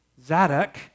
Zadok